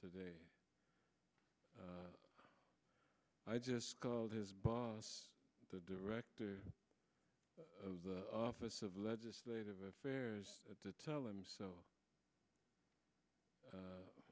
today i just called his boss the director of the office of legislative affairs to tell him so